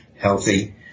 healthy